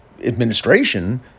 administration